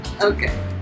Okay